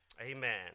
amen